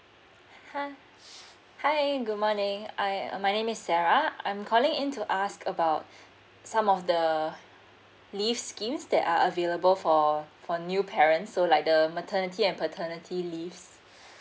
ha hi good morning I my name is sarah I'm calling in to ask about some of the leave schemes that are available for for new parents so like the maternity and paternity leaves